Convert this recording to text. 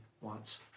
wants